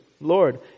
Lord